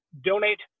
donate